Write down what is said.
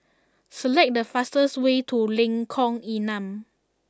select the fastest way to Lengkong Enam